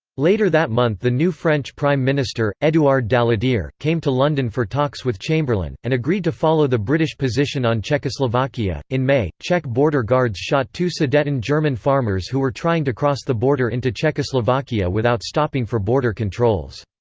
later that month the new french prime minister, edouard daladier, came to london for talks with chamberlain, and agreed to follow the british position on czechoslovakia in may, czech border guards shot two sudeten german farmers who were trying to cross the border into czechoslovakia without stopping for border controls.